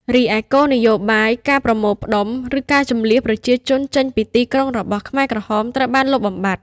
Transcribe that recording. រីឯ គោលនយោបាយ "ការប្រមូលផ្ដុំ" ឬ ការជម្លៀសប្រជាជនចេញពីទីក្រុងរបស់ខ្មែរក្រហមត្រូវបានលុបបំបាត់។